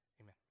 Amen